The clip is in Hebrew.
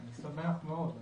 אני שמח מאוד.